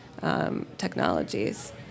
technologies